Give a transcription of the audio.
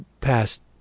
past